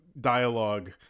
dialogue